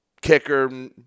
kicker